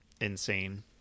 insane